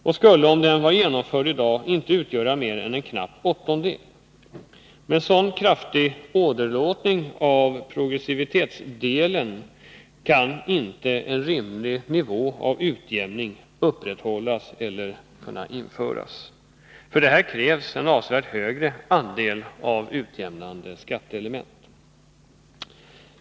Den skulle, om reformen var genomförd i dag, inte utgöra mer än en knapp åttondel. Med en sådan kraftig åderlåtning av progressivitetsdelen kan inte en rimlig nivå när det gäller utjämning upprätthållas eller införas. För detta krävs en avsevärt högre andel utjämnande skatteelement.